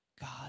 God